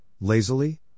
lazily